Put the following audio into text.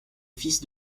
office